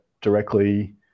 directly